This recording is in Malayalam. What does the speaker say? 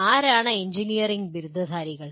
ആരാണ് എഞ്ചിനീയറിംഗ് ബിരുദധാരികൾ